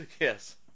Yes